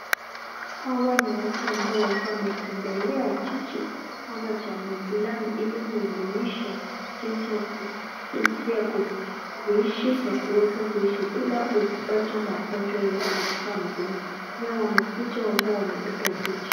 Hawa ni watu ambao walikuwa wametembelea jiji kuona jamii fulani ili kuwaelimisha jinsi ya kuishi na kuweza kuishi bila kupata magonjwa yoyote katika mwili yao ,pia wamekuja ambao wamepiga picha.